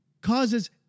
causes